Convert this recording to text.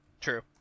true